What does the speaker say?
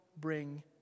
bring